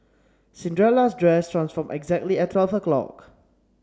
Cinderella's dress transformed exactly at twelve o'clock